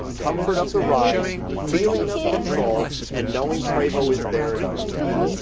comfort of the ride, feeling of control, and knowing prevost is there if you need them.